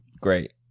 great